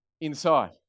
inside